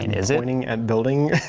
is it? pointing at building